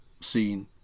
scene